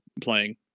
playing